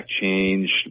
change